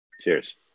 Cheers